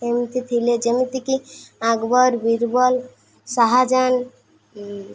ଏମିତି ଥିଲେ ଯେମିତିକି ଆକବର ବିରବଲ ଶାହାଜାହାନ